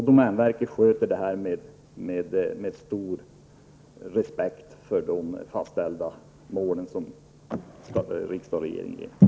Domänverket sköter den med stor respekt för de mål som riksdag och regering har fastställt.